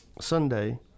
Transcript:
Sunday